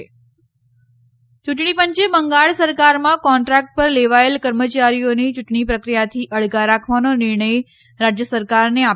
યૂંટણી પંચે બંગાળ સરકારમાં કોન્ટ્રાક્ટ પર લેવાયેલ કર્મચારીઓને યૂંટણી પ્રક્રિયાથી અળગા રાખવાનો નિર્ણય રાજ્ય સરકારને આપ્યો છે